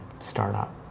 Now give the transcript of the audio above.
startup